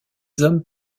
hommes